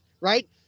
right